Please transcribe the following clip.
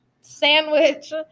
sandwich